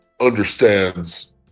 understands